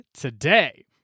today